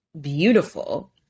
beautiful